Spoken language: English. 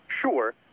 Sure